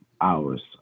hours